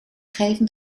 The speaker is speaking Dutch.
geven